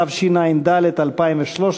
התשע"ד 2013,